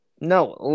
No